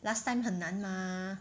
last time 很难 mah